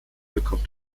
bekommt